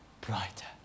brighter